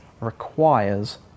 requires